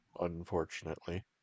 Unfortunately